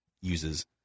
uses